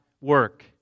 work